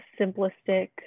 simplistic